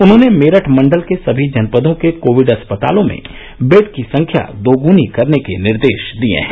उन्होंने मेरठ मंडल के सभी जनपदों के कोविड अस्पतालों में देड की संख्या दोगुनी करने के निर्देश दिए हैं